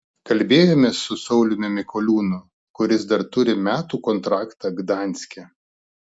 kalbėjomės su sauliumi mikoliūnu kuris dar turi metų kontraktą gdanske